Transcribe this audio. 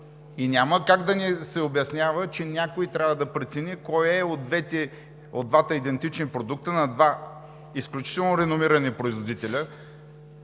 Няма как да ни се обяснява, че някой трябва да прецени кой от двата идентични продукта – на два изключително реномирани производителя,